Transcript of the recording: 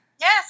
yes